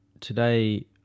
today